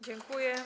Dziękuję.